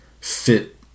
fit